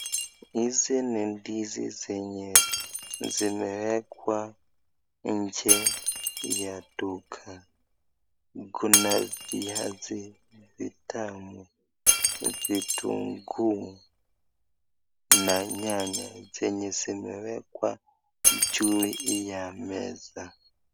Hizi ni ndizi zenye zimewekwa nje ya duka. Kuna viazi vitamu, vitunguu na nyanya zenye zimewekwa juu ya meza.